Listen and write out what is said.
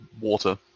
water